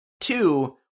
Two